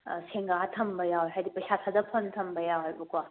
ꯁꯦꯡꯒꯥ ꯊꯝꯕ ꯌꯥꯎꯋꯦ ꯍꯥꯏꯕꯗꯤ ꯄꯩꯁꯥ ꯊꯥꯗꯐꯝ ꯊꯝꯕ ꯌꯥꯎꯋꯦꯕꯀꯣ